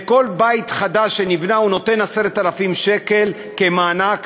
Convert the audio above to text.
לכל בית חדש שנבנה הוא נותן 10,000 שקל כמענק